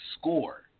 score